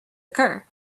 occur